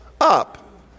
up